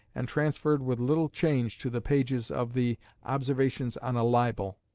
and transferred with little change to the pages of the observations on a libel.